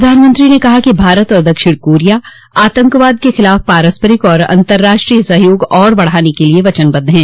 प्रधानमंत्री ने कहा कि भारत और दक्षिण कोरिया आतंकवाद के खिलाफ पारस्परिक तथा अंतर्राष्ट्रीय सहयोग और बढ़ाने के लिए वचनबद्ध हैं